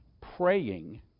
praying